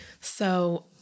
So-